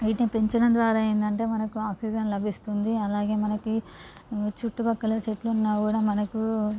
వీటిని పెంచడం ద్వారా ఏందంటే మనకు ఆక్సిజన్ లభిస్తుంది అలాగే మనకి చుట్టుపక్కల చెట్లు ఉన్నా కూడా మనకు